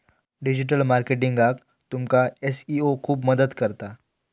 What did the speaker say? digital मार्केटिंगाक तुमका SEO खूप मदत करता